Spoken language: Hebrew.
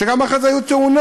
וגם אחרי זה היו תאונות